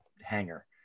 hanger